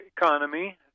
economy